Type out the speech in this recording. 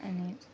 अनि